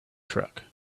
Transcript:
truck